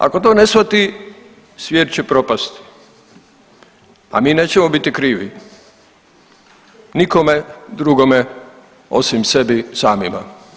Ako to ne shvati svijet će propasti, a mi nećemo biti krivi nikome drugome osim sebi samima.